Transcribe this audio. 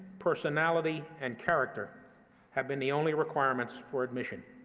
personality, and character have been the only requirements for admission.